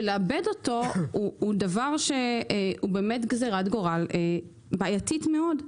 שלאבד אותו זה גזרת גורל בעייתית מאוד.